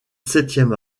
septième